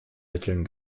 mitteln